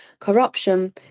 corruption